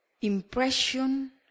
Impression